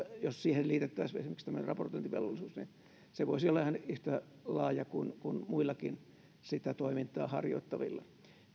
jos siihen liitettäisiin esimerkiksi tämmöinen raportointivelvollisuus niin se voisi olla ihan yhtä laaja kuin muillakin sitä toimintaa harjoittavilla